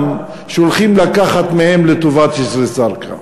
שהולכים לקחת מהם לטובת ג'סר-א-זרקא.